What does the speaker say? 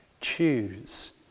choose